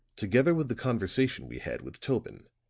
together with the conversation we had with tobin,